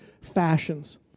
fashions